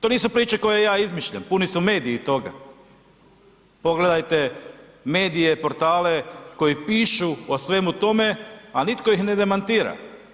To nisu priče koja ja izmišljam, puni su mediji toga, pogledajte medije, portale koji pišu o svemu tome, a nitko ih ne demantira.